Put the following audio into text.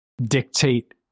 dictate